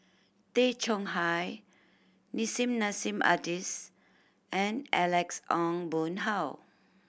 Tay Chong Hai Nissim Nassim Adis and Alex Ong Boon Hau